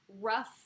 rough